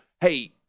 Hey